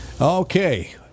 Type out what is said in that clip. Okay